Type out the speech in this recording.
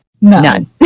None